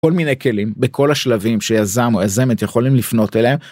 כל מיני כלים בכל השלבים שיזם או יזמת יכולים לפנות אליהם.